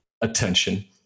attention